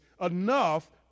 enough